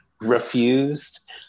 Refused